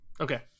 Okay